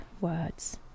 words